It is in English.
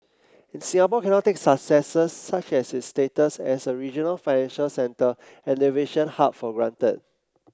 and Singapore cannot take successes such as its status as a regional financial centre and aviation hub for granted